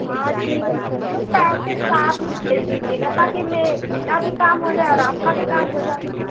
हाँ ठीक है तो पैसे साथ में भेज दीजिएगा ताकि मे मेरा भी काम हो जाए आपका भी काम हो जाए